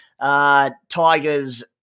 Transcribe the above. Tigers